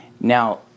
Now